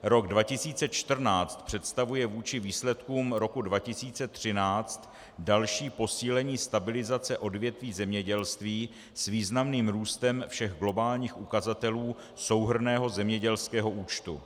Rok 2014 představuje vůči výsledkům roku 2013 další posílení stabilizace odvětví zemědělství s významným růstem všech globálních ukazatelů souhrnného zemědělského účtu.